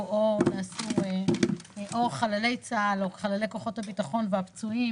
או נעשו חללי צה"ל או חללי כוחות הביטחון והפצועים,